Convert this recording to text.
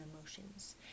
emotions